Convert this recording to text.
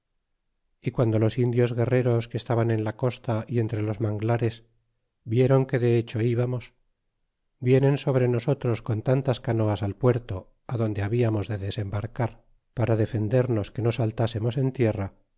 y quando los indios guerreros que estaban en la costa y entre los manglares vieron que de hecho íbamos vienen sobre nosotros con tantas canoas al puerto adonde hablamos de desembarcar para defendernos que no saltásemos en tierra